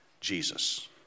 Jesus